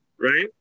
right